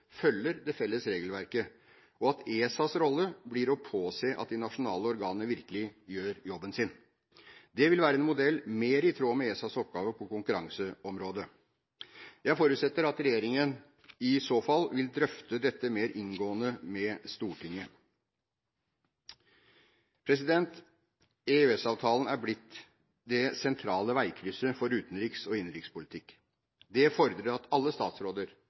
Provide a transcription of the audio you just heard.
følger det felles regelverket, og at ESAs rolle blir å påse at de nasjonale organene virkelig gjør jobben sin. Det vil være en modell mer i tråd med ESAs oppgaver på konkurranseområdet. Jeg forutsetter at regjeringen i så fall vil drøfte dette mer inngående med Stortinget. EØS-avtalen er blitt det sentrale veikrysset for utenriks- og innenrikspolitikk. Det fordrer at alle statsråder